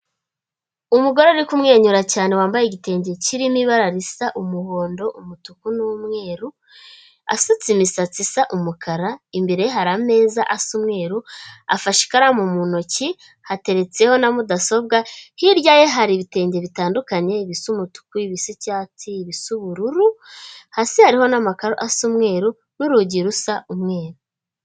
Umugore ari kumwenyura cyane wambaye igitenge kirimo ibara risa umuhondo, umutuku n'umweru asutse imisatsi isa umukara, imbere ye hari ameza asa umweru, afashe ikaramu mu ntoki hateretseho na mudasobwa. Hirya ye hari ibitenge bitandukanye ibisa umutuku, ibisa icyatsi, ibisa ubururu, hasi hariho n'amakaro asa umweru n'urugi rusa umweru.